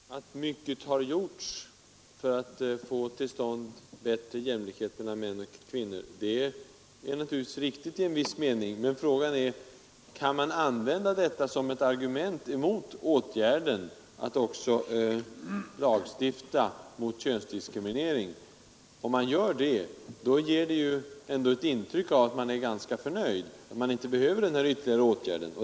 Herr talman! Att mycket har gjorts för att få till stånd bättre jämlikhet mellan män och kvinnor är naturligtvis i viss mening riktigt, men frågan är om man kan använda det som ett argument mot åtgärden att också lagstifta mot könsdiskriminering. Om man gör det, så ger det ett intryck av att man är ganska förnöjd, att man inte behöver den ytterligare åtgärden.